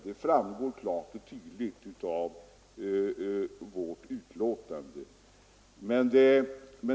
Det framgår också klart och tydligt av vårt betänkande.